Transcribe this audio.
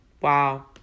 Wow